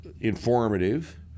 informative